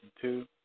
two